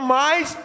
mais